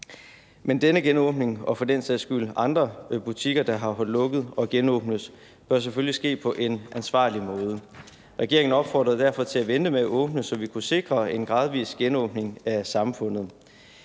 Men denne genåbning og for den sags skyld genåbningen af andre butikker, der har holdt lukket, bør selvfølgelig ske på en ansvarlig måde. Regeringen opfordrede derfor til at vente med at åbne, så vi kunne sikre en gradvis genåbning af samfundet.